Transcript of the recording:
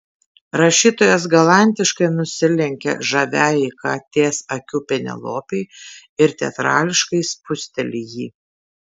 rašytojas galantiškai nusilenkia žaviajai katės akių penelopei ir teatrališkai spusteli jį